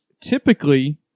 typically